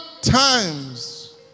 times